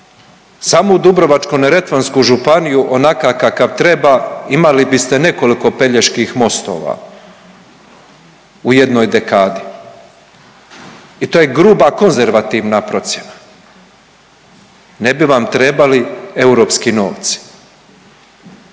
samo u Dubrovačko-neretvansku županiju onakav kakav treba imali biste nekoliko Peljeških mostova u jednoj dekadi. I to je gruba konzervativna procjena, ne bi vam trebali europski novci.